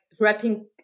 wrapping